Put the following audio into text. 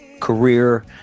career